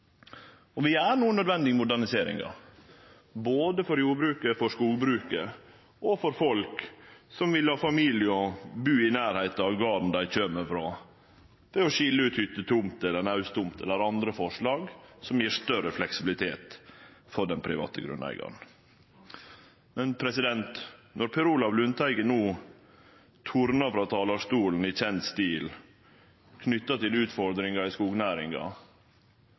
opposisjonen. Vi gjer no nødvendige moderniseringar, både for jordbruket, for skogbruket og for folk som vil ha familie og vil bu i nærleiken av garden dei kjem frå, ved å skilje ut hyttetomt eller nausttomt eller andre forslag som gjev større fleksibilitet for den private grunneigaren. Men mens Per Olaf Lundteigen no tornar frå talarstolen i kjend stil, knytt til utfordringar i skognæringa